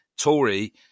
Tory